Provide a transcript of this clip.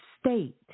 state